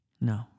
No